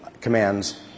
commands